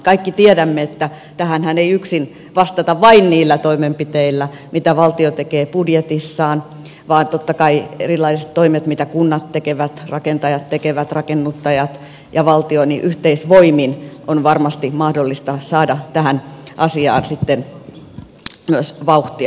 kaikki tiedämme että tähänhän ei yksin vastata vain niillä toimenpiteillä mitä valtio tekee budjetissaan vaan totta kai erilaisilla toimilla mitä kunnat tekevät rakentajat tekevät rakennuttajat ja valtio yhteisvoimin on varmasti mahdollista saada tähän asiaan sitten myös vauhtia